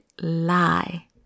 lie